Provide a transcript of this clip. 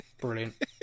Brilliant